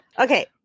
Okay